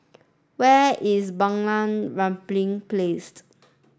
where is Bunga Rampai Placed